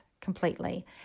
completely